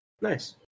Nice